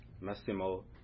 Massimo